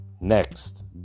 Next